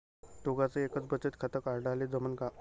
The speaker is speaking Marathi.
दोघाच एकच बचत खातं काढाले जमनं का?